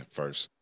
first